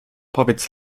powiedz